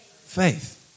faith